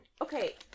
okay